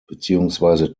beziehungsweise